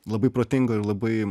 labai protinga ir labai